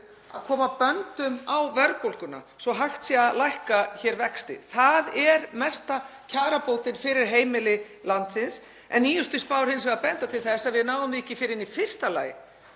að koma böndum á verðbólguna svo að hægt sé að lækka vextina. Það er mesta kjarabótin fyrir heimili landsins. Nýjustu spár benda hins vegar til þess að við náum því ekki fyrr en í fyrsta lagi